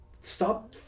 stop